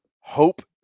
Hope